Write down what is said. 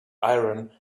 iron